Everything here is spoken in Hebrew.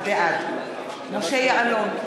בעד משה יעלון,